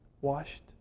washed